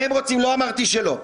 לא אמרתי שלא.